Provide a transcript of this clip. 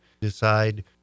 decide